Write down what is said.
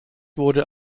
wurde